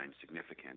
significant